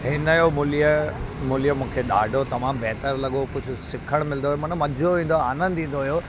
हिनजो मुलीअ मुलीअ मूंखे ॾाढो तमामु बहितर लॻो कुझु सिखण मिलंदो माना मज़ो ईंदो आहे आनंदु ईंदो हुओ